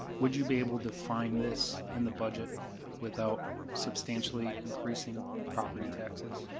would you be able to find this in the budget without substantially increasing property taxes?